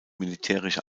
militärische